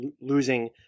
losing